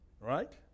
Right